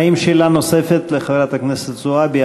האם יש שאלה נוספת לחברת הכנסת זועבי?